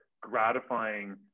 gratifying